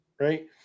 Right